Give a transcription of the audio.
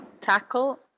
tackle